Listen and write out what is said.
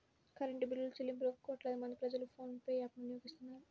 current బిల్లులుచెల్లింపులకు కోట్లాది మంది ప్రజలు ఫోన్ పే యాప్ ను వినియోగిస్తున్నారు